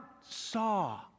saw